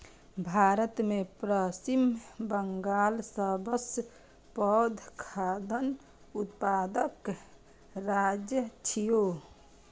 भारत मे पश्चिम बंगाल सबसं पैघ खाद्यान्न उत्पादक राज्य छियै